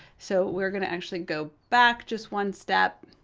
so we're gonna actually go back just one step,